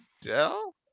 Dell